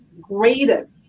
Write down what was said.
greatest